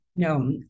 No